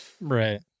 Right